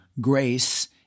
Grace